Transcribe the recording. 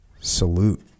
Salute